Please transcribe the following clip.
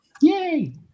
Yay